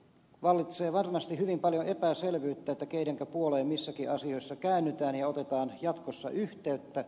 vallitsee varmasti hyvin paljon epäselvyyttä keidenkä puoleen missäkin asiassa käännytään ja otetaan jatkossa yhteyttä